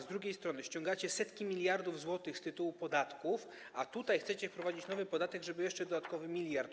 Z drugiej strony ściągacie setki miliardów złotych z tytułu podatków, a chcecie wprowadzić nowy podatek, żeby uszczknąć jeszcze dodatkowy miliard.